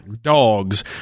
dogs